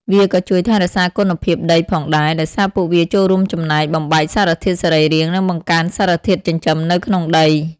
វាក៏ជួយថែរក្សាគុណភាពដីផងដែរ ដោយសារពួកវាចូលរួមចំណែកបំបែកសារធាតុសរីរាង្គ និងបង្កើនសារធាតុចិញ្ចឹមនៅក្នុងដី។